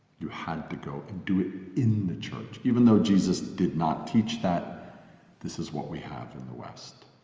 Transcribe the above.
you had to go and do it in the church, even though jesus did not teach that this is what we have in the west.